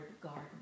garden